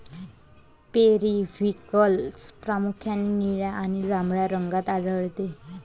periwinkle प्रामुख्याने निळ्या आणि जांभळ्या रंगात आढळते